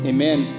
Amen